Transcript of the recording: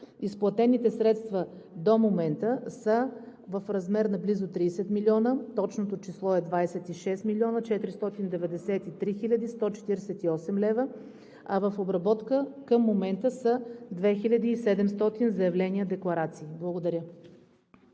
Изплатените средства до момента са в размер на близо 30 милиона, точното число е 26 млн. 493 хил. 148 лв., а в обработка към момента са 2700 заявления-декларации. Благодаря.